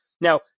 Now